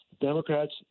Democrats